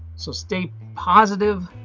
so stay positive,